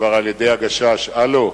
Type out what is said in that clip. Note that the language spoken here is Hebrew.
כבר על-ידי הגשש: הלו,